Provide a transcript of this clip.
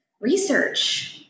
Research